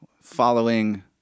following